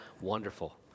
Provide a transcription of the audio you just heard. wonderful